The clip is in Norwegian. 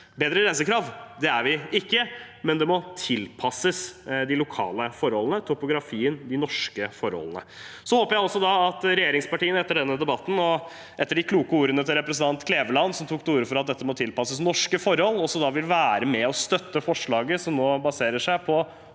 bedre rensekrav. Det er vi ikke, men det må tilpasses de lokale forholdene, topografien og de norske forholdene. Jeg håper at regjeringspartiene etter denne debatten og etter de kloke ordene fra representanten Kleveland, som tok til orde for at dette må tilpasses norske forhold, vil støtte forslag nr. 5, som nå handler om å